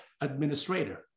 administrator